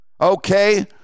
okay